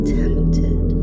tempted